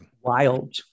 Wild